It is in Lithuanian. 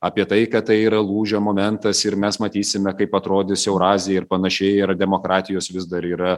apie tai kad tai yra lūžio momentas ir mes matysime kaip atrodys eurazija ir panašiai ir ar demokratijos vis dar yra